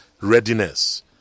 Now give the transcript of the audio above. Readiness